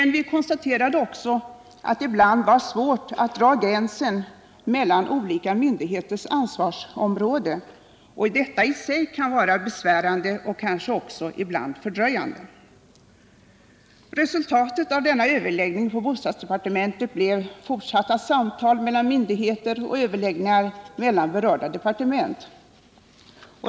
Men vi konstaterade också att det ibland kan vara svårt att dra gränsen mellan olika myndigheters ansvarsområden och att detta i sig kan vara besvärande och kanske också ibland fördröjande. Resultatet av denna överläggning på bostadsdepartementet blev fortsatta samtal mellan olika myndigheter och överläggningar mellan berörda departement.